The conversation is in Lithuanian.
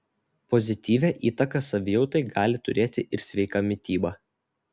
pozityvią įtaką savijautai gali turėti ir sveika mityba